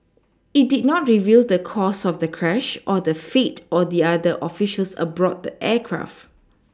it did not reveal the cause of the crash or the fate of the other officials aboard the aircraft